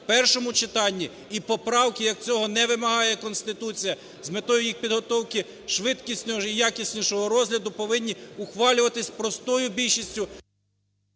першому читанні і поправки, як цього не вимагає Конституція, з метою їх підготовки швидкіснішого і якіснішого розгляду повинні ухвалюватися простою більшістю...